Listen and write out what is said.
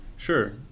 Sure